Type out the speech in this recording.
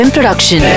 Production